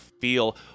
feel